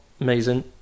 amazing